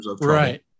right